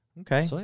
Okay